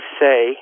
say